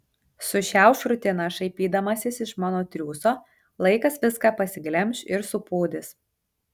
sušiauš rutiną šaipydamasis iš mano triūso laikas viską pasiglemš ir supūdys